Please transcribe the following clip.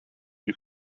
you